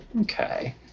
okay